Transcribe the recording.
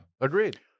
Agreed